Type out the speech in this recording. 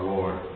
Lord